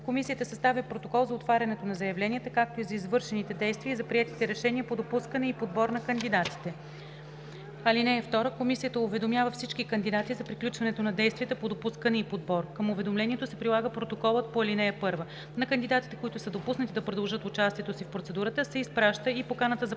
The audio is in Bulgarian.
Комисията съставя протокол за отварянето на заявленията, както и за извършените действия и за приетите решения по допускане и подбор на кандидатите. (2) Комисията уведомява всички кандидати за приключването на действията по допускане и подбор. Към уведомлението се прилага протоколът по ал. 1. На кандидатите, които са допуснати да продължат участието си в процедурата, се изпраща и поканата за подаване